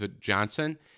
Johnson